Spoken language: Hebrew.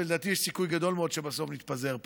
ולדעתי יש סיכוי גדול מאוד שבסוף נתפזר פה,